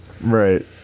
Right